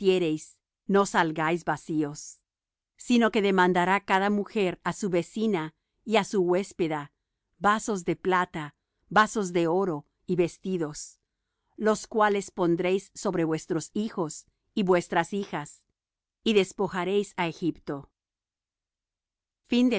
no salgáis vacíos sino que demandará cada mujer á su vecina y á su huéspeda vasos de plata vasos de oro y vestidos los cuales pondréis sobre vuestros hijos y vuestras hijas y despojaréis á egipto